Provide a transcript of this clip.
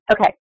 okay